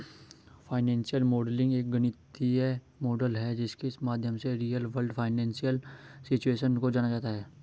financial modelling एक गणितीय model है जिसके माध्यम से रियल वर्ल्ड फाइनेंशियल सिचुएशन को जाना जाता है